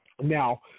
now